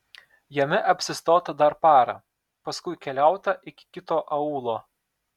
jame apsistota dar parą paskui keliauta iki kito aūlo